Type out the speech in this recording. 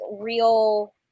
real